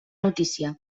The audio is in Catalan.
notícia